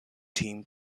team